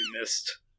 missed